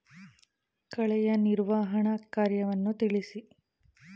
ಕಳೆಯ ನಿರ್ವಹಣಾ ಕಾರ್ಯವನ್ನು ತಿಳಿಸಿ?